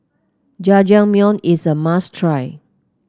jajangmyeon is a must try